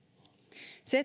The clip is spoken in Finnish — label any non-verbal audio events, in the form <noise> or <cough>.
se <unintelligible>